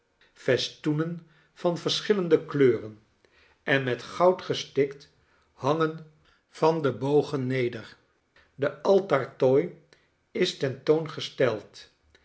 festoenen vanverschillende kleuren en met goud gestikt hangen van de bogen neder de altaartooi is tentoongesteld